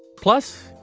plus.